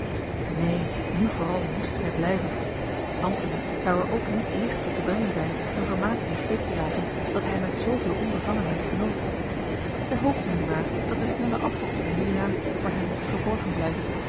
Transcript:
neen nu vooral moest zij blijven antony zou er ook niet licht toe te brengen zijn een vermaak in den steek te laten dat hij met zooveel onbevangenheid genoot zij hoopte nu maar dat de snelle aftocht van juliaan voor hem mocht verborgen blijven